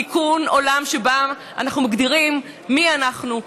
תיקון עולם שבו אנחנו מגדירים מי אנחנו,